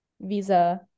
visa